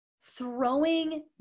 throwing